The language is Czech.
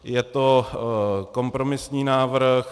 Je to kompromisní návrh.